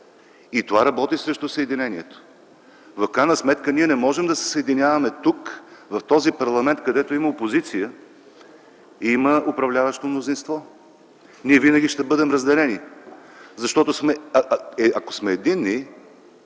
и това работи срещу съединението. В крайна сметка ние не можем да се съединяваме тук, в този парламент, където има опозиция и управляващо мнозинство. Ние винаги ще бъдем разделени. Ако сме единни,